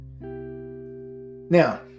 Now